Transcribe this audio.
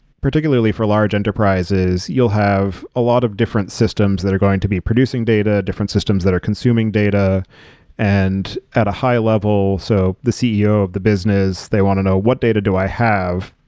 particularly for large enterprises, you'll have a lot of different systems that are going to be producing data, different systems that are consuming data and at a higher level. so the ceo of the business, they want to know what data do i have.